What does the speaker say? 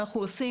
אנחנו עושים,